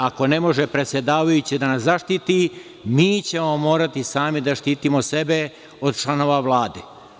Ako ne može predsedavajući da nas zaštiti, mi ćemo morati sami da štitimo sebe od članove Vlade.